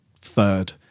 third